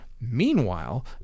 Meanwhile